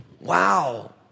wow